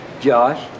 Josh